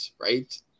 right